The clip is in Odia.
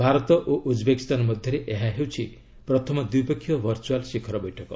ଭାରତ ଓ ଉଜ୍ବେକିସ୍ତାନ ମଧ୍ୟରେ ଏହା ହେଉଛି ପ୍ରଥମ ଦ୍ୱିପକ୍ଷୀୟ ଭର୍ଚୁଆଲ୍ ଶିଖର ବୈଠକ